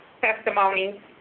testimony